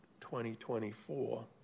2024